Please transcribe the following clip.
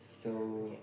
so